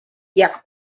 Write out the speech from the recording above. jak